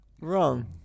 Wrong